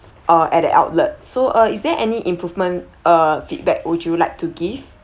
uh at that outlet so uh is there any improvement uh feedback would you like to give